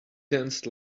danced